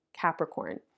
Capricorn